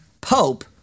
Pope